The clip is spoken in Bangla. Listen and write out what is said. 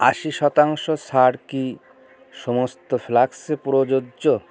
আশি শতাংশ ছাড় কি সমস্ত ফ্লাস্কে প্রযোজ্য